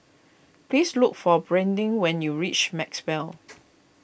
please look for Brandin when you reach Maxwell